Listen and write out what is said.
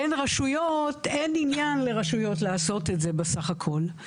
בין רשויות אין עניין לרשויות לעשות את זה בסך הכול.